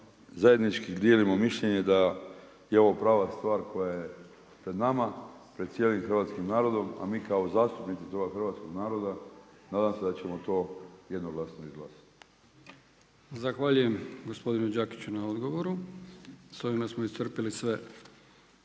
zajednički dijelimo mišljenje da je ovo prava stvar koja je pred nama, pred cijelim hrvatskim narodom a mi kao zastupnici toga hrvatskoga naroda nadam se da ćemo to jednoglasno izglasati. **Brkić, Milijan (HDZ)** Zahvaljujem gospodinu Đakiću na odgovoru. S ovime smo iscrpili sve